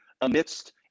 amidst